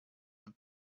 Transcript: have